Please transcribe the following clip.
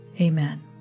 Amen